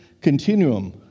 continuum